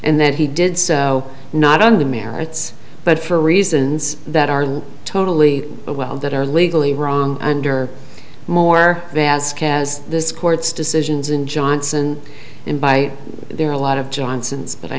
and that he did so not on the merits but for reasons that are totally well that are legally wrong under more vazquez this court's decisions in johnson in by there are a lot of johnsons but i